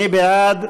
מי בעד?